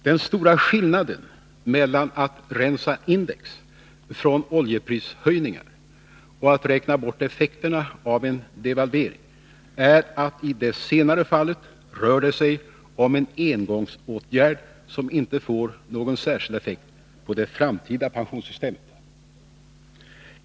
Den stora skillnaden mellan att rensa index från oljeprishöjningar och att räkna bort effekterna av en devalvering är att det i det senare fallet rör sig om en engångsåtgärd som inte får någon särskild effekt på det framtida pensionssystemet.